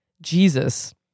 Jesus